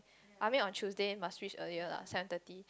I mean on Tuesday must reach earlier lah seven thirty